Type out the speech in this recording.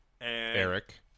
Eric